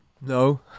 No